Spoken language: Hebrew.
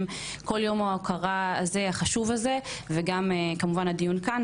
כל יום ההוקרה החשוב הזה וגם הדיון כאן,